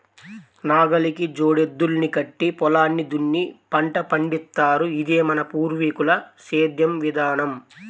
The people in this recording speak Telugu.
నాగలికి జోడెద్దుల్ని కట్టి పొలాన్ని దున్ని పంట పండిత్తారు, ఇదే మన పూర్వీకుల సేద్దెం విధానం